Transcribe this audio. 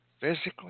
physically